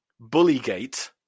Bullygate